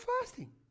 fasting